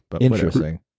Interesting